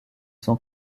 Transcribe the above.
son